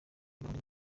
gahunda